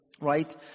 Right